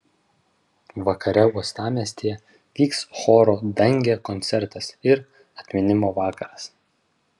vakare uostamiestyje vyks choro dangė koncertas ir atminimo vakaras